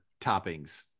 toppings